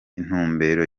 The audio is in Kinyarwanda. intumbero